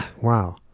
wow